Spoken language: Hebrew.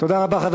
תודה רבה, חבר